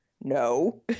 No